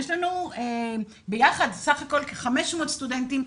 יש לנו בסך הכל כ-500 סטודנטים,